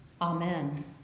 Amen